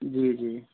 जी जी